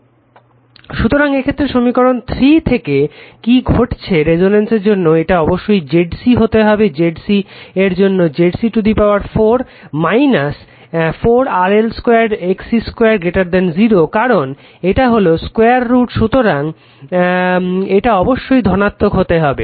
Refer Slide Time 0817 সুতরাং এক্ষেত্রে সমীকরণ 3 থেকে কি ঘটছে রেসনেন্সের জন্য এটা অবশ্যই ZC হতে হবে ZC এর জন্য ZC4 4 RL 2 XC 2 0 কারণ এটা হলো 2 √ সুতরাং এটা অবশ্যই ধনাত্মক হতে হবে